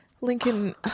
Lincoln